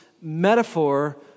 metaphor